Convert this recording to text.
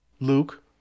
Luke